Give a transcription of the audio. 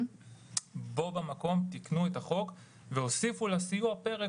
בו במקום תיקנו את החוק והוסיפו לסיוע פרק